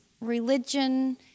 religion